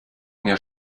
mir